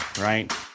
right